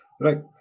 Right